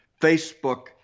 Facebook